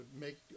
make